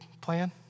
plan